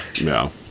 No